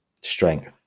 strength